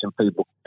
people